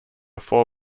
four